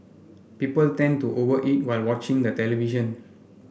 people tend to over eat while watching the television